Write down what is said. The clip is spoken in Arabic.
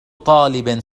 طالب